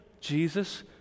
Jesus